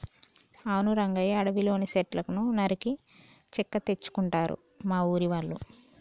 అవును రంగయ్య అడవిలోని సెట్లను నరికి చెక్క తెచ్చుకుంటారు మా ఊరి వాళ్ళు